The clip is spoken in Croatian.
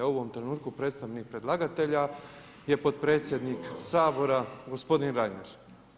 U ovom trenutku predstavnik predlagatelja je potpredsjednik Sabora gospodin Reiner.